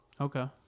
Okay